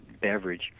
beverage